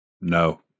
No